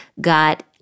got